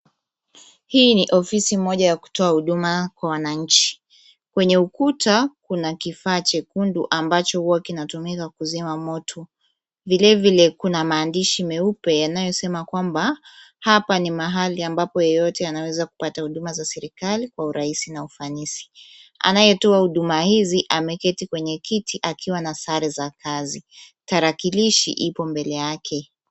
Hii ni ofisi moja ya kutoa huduma kwa wananchi. Kwenye ukuta kuna kifaa chekundu ambacho huwa kinatumika kuzima moto. Vilevile kuna maandishi meupe yanayosema kwamba, hapa ni mahali ambapo yeyote anaweza kupata huduma za serikali kwa urahisi na ufanisi. Anayetoa huduma hizi ameketi kwenye kiti akiwa na sare za kazi. Tarakilishi ipo mbele yake.